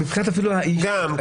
גם.